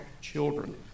children